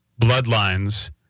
bloodlines